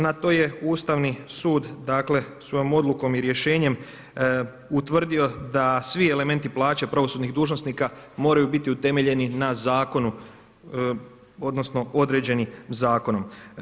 Na to je Ustavni sud dakle svojom odlukom i rješenjem utvrdio da svi elementi plaće pravosudnih dužnosnika moraju biti utemeljeni na zakonu odnosno određeni zakonom.